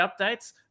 updates